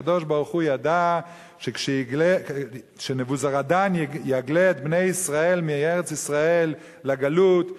הקדוש-ברוך-הוא ידע שכשנבוזראדן יגלה את בני-ישראל מארץ ישראל לגלות,